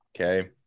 Okay